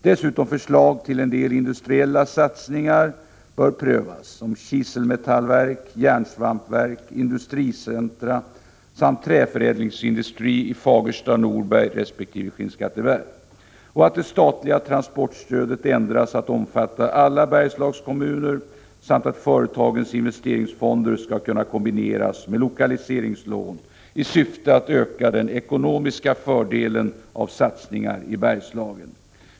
Dessutom lämnar vi förslag till en del industriella satsningar som bör prövas, t.ex. kiselmetallverk, järnsvampverk och industricentra samt träförädlingsindustri i Fagersta, Norberg resp. Skinnskatteberg. Vi föreslår också att det statliga transportstödet ändras till att omfatta alla Bergslagskommuner samt att företagens investeringsfonder skall kunna kombineras med lokaliseringslån i syfte att öka den ekonomiska fördelen av satsningar i Bergslagen.